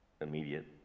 immediate